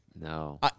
No